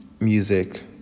Music